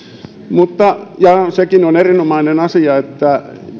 sekin on erinomainen asia että